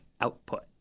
output